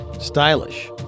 stylish